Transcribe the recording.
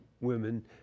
women